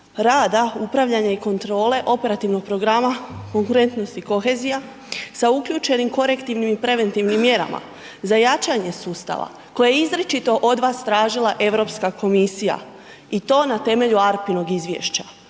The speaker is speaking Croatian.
rada upravljanja i kontrole Operativnog programa konkurentnost i kohezija, sa uključenim korektivnim i preventivnim mjerama, za jačanje sustava, koje je izričito od vas tražila EU komisija i to na temelju ARPA-inog izvješća.